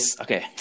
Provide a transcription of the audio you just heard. okay